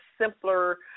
simpler